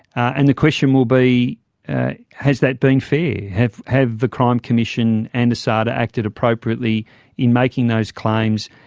and the question will be has that been fair? have have the crime commission and asada acted appropriately in making those claims,